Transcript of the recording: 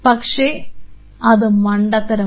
പക്ഷേ അത് മണ്ടത്തരമാണ്